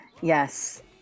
Yes